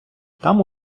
там